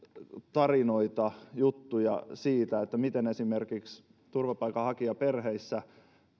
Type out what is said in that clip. tarinoita juttuja siitä miten esimerkiksi turvapaikanhakijaperheissä